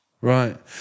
Right